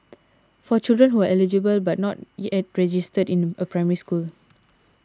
for children who are eligible but not yet registered in a Primary School